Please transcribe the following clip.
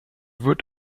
would